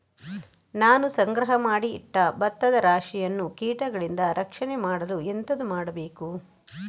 ನಾನು ಸಂಗ್ರಹ ಮಾಡಿ ಇಟ್ಟ ಭತ್ತದ ರಾಶಿಯನ್ನು ಕೀಟಗಳಿಂದ ರಕ್ಷಣೆ ಮಾಡಲು ಎಂತದು ಮಾಡಬೇಕು?